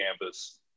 campus